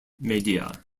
media